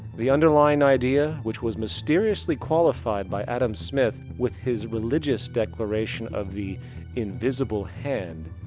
the underlying idea, which was mysteriously qualified by adam smith with his religious declaration of the invisible hand.